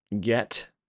Get